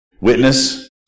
witness